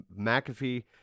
McAfee